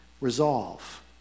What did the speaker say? Resolve